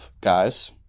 guys